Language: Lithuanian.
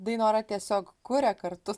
dainora tiesiog kuria kartu